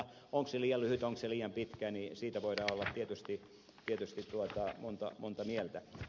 onko se liian lyhyt onko se liian pitkä siitä voidaan olla tietysti monta mieltä